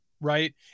right